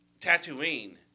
Tatooine